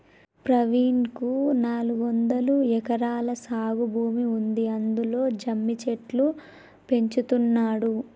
ప్రవీణ్ కు నాలుగొందలు ఎకరాల సాగు భూమి ఉంది అందులో జమ్మి చెట్లు పెంచుతున్నాడు